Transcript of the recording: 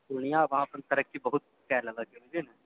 पूर्णिया हँ अखन तरक्की बहुत कए ललक बुझलियै न